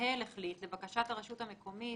"המנהל החליט לבקשת הרשות המקומית